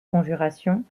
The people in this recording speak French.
conjuration